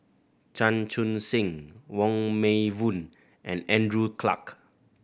Chan Chun Sing Wong Meng Voon and Andrew Clarke